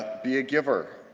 be a giver.